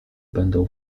będą